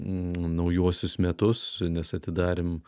naujuosius metus nes atidarėm